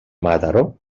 mataró